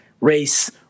race